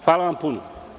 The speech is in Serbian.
Hvala vam puno.